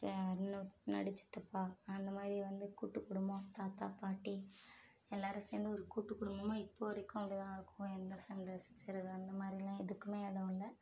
இன்னொரு நடு சித்தப்பா அந்தமாதிரி வந்து கூட்டுகுடும்பமாக தாத்தா பாட்டி எல்லோரும் சேர்ந்து ஒரு கூட்டுகுடும்பமாக இப்போ வரைக்கும் அப்படித்தான் இருக்கோம் எந்த சண்டை சச்சரவும் அந்தமாதிரியெல்லாம் எதுக்கும் இடம் இல்லை